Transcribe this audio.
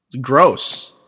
Gross